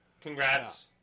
Congrats